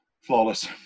Flawless